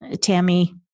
Tammy